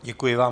Děkuji vám.